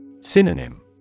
Synonym